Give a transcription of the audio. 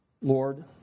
Lord